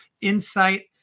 insight